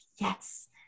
yes